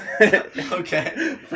Okay